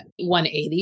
180